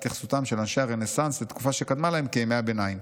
התייחסותם של אנשי הרנסנס לתקופה שקדמה להם כ'ימי הביניים'.